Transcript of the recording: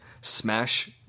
smash-